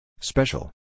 Special